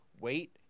wait